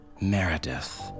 Meredith